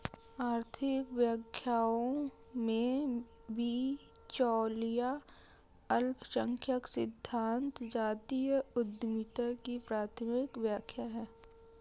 आर्थिक व्याख्याओं में, बिचौलिया अल्पसंख्यक सिद्धांत जातीय उद्यमिता की प्राथमिक व्याख्या है